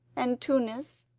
and tunis,